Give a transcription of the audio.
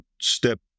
step